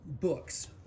books